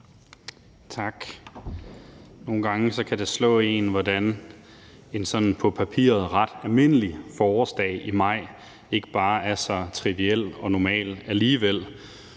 Tak. Nogle gange kan det slå en, hvordan en på papiret ret almindelig forårsdag i maj ikke bare er så triviel og normal alligevel,